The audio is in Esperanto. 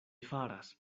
faras